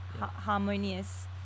harmonious